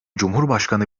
cumhurbaşkanı